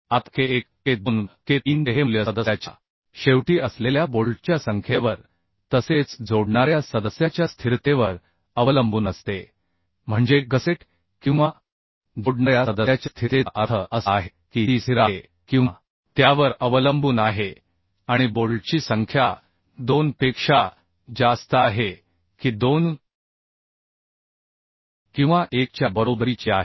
आता K1 K2 K3 चे हे मूल्य सदस्याच्या शेवटी असलेल्या बोल्टच्या संख्येवर तसेच जोडणाऱ्या सदस्याच्या स्थिरतेवर अवलंबून असते म्हणजे गसेट किंवा जोडणाऱ्या सदस्याच्या स्थिरतेचा अर्थ असा आहे की ती स्थिर आहे किंवा त्यावर अवलंबून आहे आणि बोल्टची संख्या 2 पेक्षा जास्त आहे की 2 किंवा 1 च्या बरोबरीची आहे